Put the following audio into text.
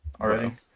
already